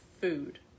Food